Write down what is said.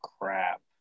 crap